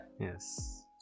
Yes